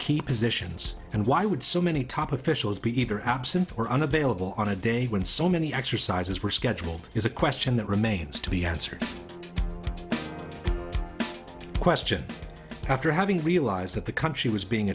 key positions and why would so many top officials be either absent or unavailable on a day when so many exercises were scheduled is a question that remains to be answered question after having realized that the country was being